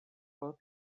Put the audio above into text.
both